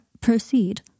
Proceed